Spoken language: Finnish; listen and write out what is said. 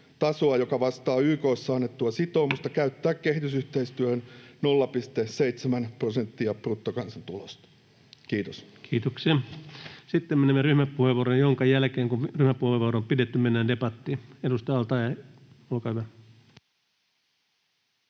joka vastaa YK:ssa annettua sitoumusta käyttää kehitysyhteistyöhön 0,7 prosenttia bruttokansantulosta. — Kiitos. Kiitoksia. — Sitten menemme ryhmäpuheenvuoroihin. Kun ryhmäpuheenvuorot on pidetty, mennään debattiin. — Edustaja al-Taee, olkaa hyvä.